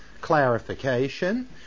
clarification